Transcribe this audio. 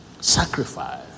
Sacrifice